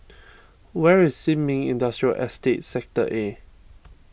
where is Sin Ming Industrial Estate Sector A